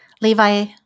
Levi